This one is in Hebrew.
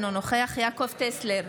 אינו נוכח יעקב טסלר,